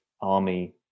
army